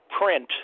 print